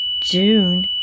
June